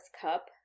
cup